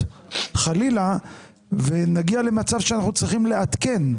חלילה ונגיע למצב שאנחנו צריכים לעדכן,